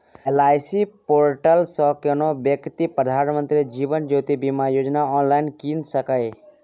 LIC portal सँ कोनो बेकती प्रधानमंत्री जीबन ज्योती बीमा योजना आँनलाइन कीन सकैए